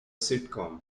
sitcom